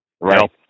right